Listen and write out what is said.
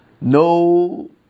no